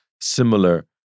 similar